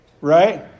right